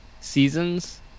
seasons